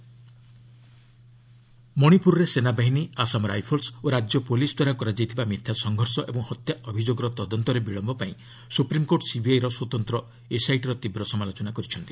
SP Manipur ମଣିପୁରରେ ସେନାବାହିନୀ Assam rifles ଓ ରାଜ୍ୟ ପୁଲିସ୍ଦ୍ୱାରା କରାଯାଇଥିବା ମିଥ୍ୟା ସଂଘର୍ଷ ଓ ହତ୍ୟା ଅଭିଯୋଗର ତଦନ୍ତରେ ବିଳମ୍ୟପାଇଁ ସୁପ୍ରିମ୍କୋର୍ଟ ସିବିଆଇର ସ୍ୱତନ୍ତ ଏସ୍ଆଇଟିର ଡୀବ୍ର ସମାଲୋଚନା କରିଛନ୍ତି